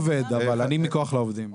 אני לא עובד אבל אני מכוח לעובדים.